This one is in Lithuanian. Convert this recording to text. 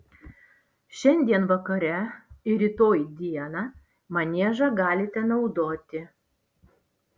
šiandien vakare ir rytoj dieną maniežą galite naudoti